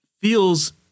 feels